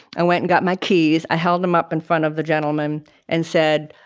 i went and got my keys. i held them up in front of the gentleman and said,